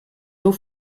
dur